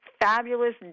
fabulous